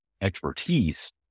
expertise